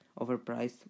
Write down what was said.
overpriced